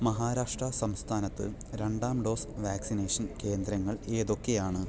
മഹാരാഷ്ട്ര സംസ്ഥാനത്ത് രണ്ടാം dose vaccination കേന്ദ്രങ്ങൾ ഏതൊക്കെയാണ്